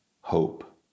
hope